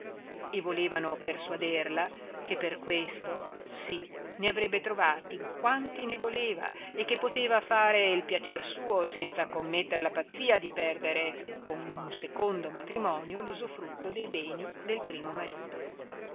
e volevano persuaderla che per questo sì ne avrebbe trovati quanti ne voleva e che poteva fare il piacer suo senza commettere la pazzia di perdere con un secondo matrimonio l'usufrutto dei beni del primo marito